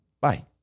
Bye